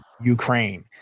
Ukraine